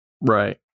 Right